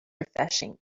refreshing